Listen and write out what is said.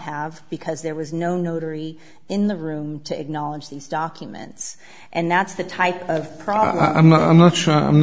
have because there was no notary in the room to acknowledge these documents and that's the type of problem i'm not i'm not sure i'm